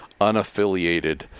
unaffiliated